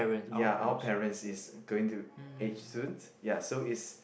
ya our parents is going to age soon ya so is